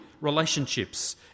relationships